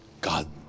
God